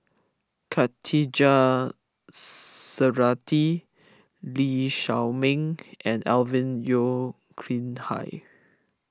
Khatijah Surattee Lee Shao Meng and Alvin Yeo Khirn Hai